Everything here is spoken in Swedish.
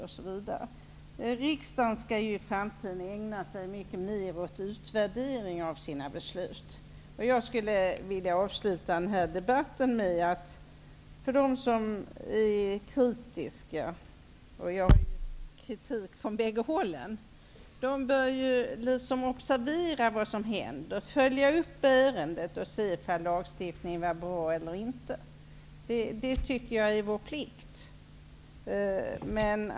I framtiden skall riksdagen också mycket mer ägna sig åt utvärdering av sina beslut. Jag skulle vilja avsluta debatten med att säga att de som är kritiska -- det gäller kritiker från bägge hållen -- bör observera vad som händer. De bör följa upp ärendet för att komma underfund med om lagstiftningen var bra eller inte. Det är vår plikt.